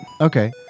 Okay